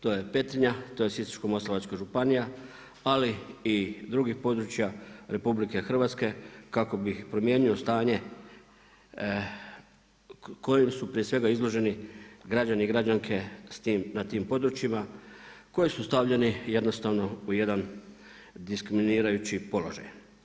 To je Petrinja, to je Sisačko-moslavačka županija, ali i drugih područja RH kako bih promijenio stanje kojem su prije svega izloženi građani i građanke na tim područjima koji su stavljeni jednostavno u jedan diskriminirajući položaj.